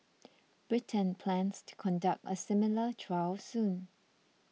Britain plans to conduct a similar trial soon